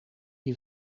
die